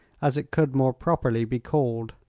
as it could more properly be called.